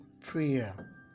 prayer